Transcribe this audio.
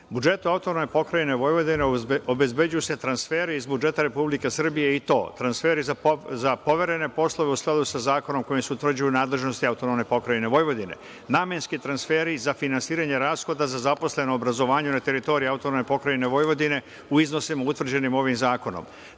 ovde. Budžetom AP Vojvodine obezbeđuju se transferi iz budžeta Republike Srbije i to: transferi za poverene poslove u skladu sa Zakonom kojim se utvrđuju nadležnosti AP Vojvodine, namenski transferi za finansiranje rashoda za zaposlene u obrazovanju na teritoriji AP Vojvodine u iznosima utvrđenim ovim zakonom,